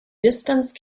distance